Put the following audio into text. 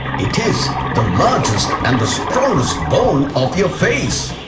it is the largest and the strongest bone of your face.